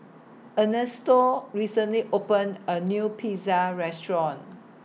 Ernesto recently opened A New Pizza Restaurant